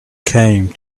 came